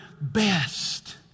Best